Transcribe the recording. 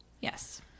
Yes